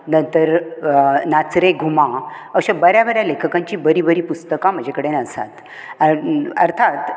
नंतर नाचरे घुमा अश्या बऱ्या बऱ्या लेखकांची बरी बरी पुस्तकां म्हजे कडेन आसात अर्थांत